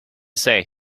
say